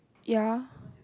ya